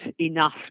enough